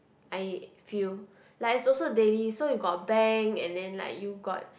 I feel like is also daily so you got bank and then like you got